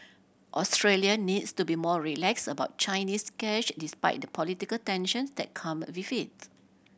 Australia needs to be more relax about Chinese cash despite the political tensions that come with it